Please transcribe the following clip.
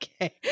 Okay